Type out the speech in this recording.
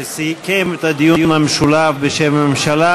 שסיכם את הדיון המשולב בשם הממשלה.